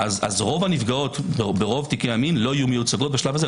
רוב הנפגעות ברוב תיקי המין לא יהיו מיוצגות בשלב הזה.